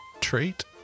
trait